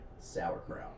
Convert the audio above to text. sauerkraut